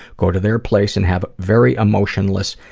go to their place and have very emotionless,